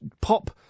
pop